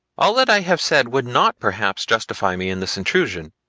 all that i have said would not perhaps justify me in this intrusion,